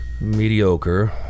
mediocre